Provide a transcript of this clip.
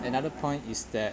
another point is that